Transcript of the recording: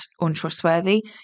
untrustworthy